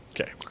Okay